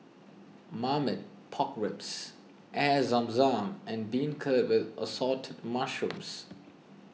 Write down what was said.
Marmite Pork Ribs Air Zam Zam and Beancurd with Assorted Mushrooms